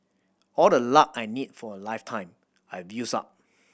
all the luck I need for a lifetime I've used up